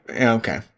okay